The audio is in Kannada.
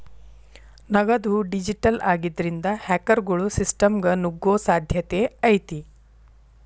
ನಗದು ಡಿಜಿಟಲ್ ಆಗಿದ್ರಿಂದ, ಹ್ಯಾಕರ್ಗೊಳು ಸಿಸ್ಟಮ್ಗ ನುಗ್ಗೊ ಸಾಧ್ಯತೆ ಐತಿ